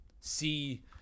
see